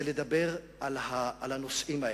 זה לדבר על הנושאים האלה,